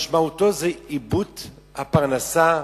המשמעות היא איבוד הפרנסה,